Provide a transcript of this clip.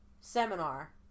seminar